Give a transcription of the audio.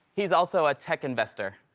he's also a tech investor.